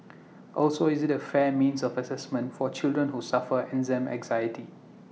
also is IT A fair means of Assessment for children who suffer exam anxiety